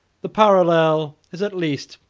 the parallel is, at least,